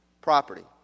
Property